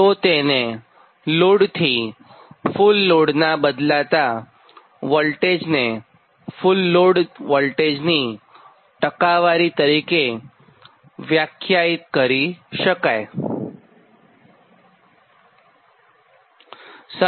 તો તેને નો લોડથી ફુલ લોડનાં બદલાતા વોલ્ટેજને ફુલ લોડ વોલ્ટેજની ટકાવારી તરીકે વ્યાખ્યાયિત કરવામાં આવે છે